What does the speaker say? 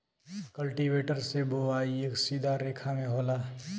cultivator से बोवाई एक सीधा रेखा में होला